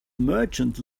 merchant